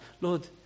Lord